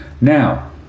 Now